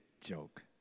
joke